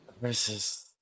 versus